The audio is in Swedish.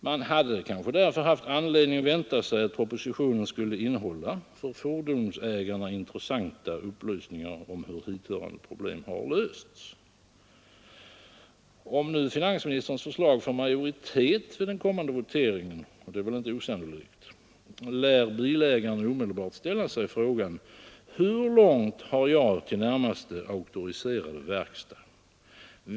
Man hade kanske därför haft anledning vänta sig att propositionen skulle innehålla för fordonsägarna intressanta upplysningar om hur hithörande problem har lösts. Om nu finansministerns förslag får majoritet vid den kommande voteringen, och det är väl inte osannolikt, lär bilägarna omedelbart ställa sig dessa frågor: Hur långt har jag till närmaste auktoriserade verkstad?